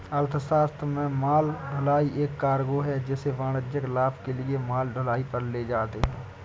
अर्थशास्त्र में माल ढुलाई एक कार्गो है जिसे वाणिज्यिक लाभ के लिए माल ढुलाई पर ले जाते है